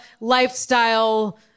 lifestyle